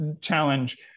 challenge